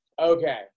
okay